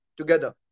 together